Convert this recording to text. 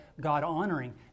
God-honoring